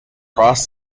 cross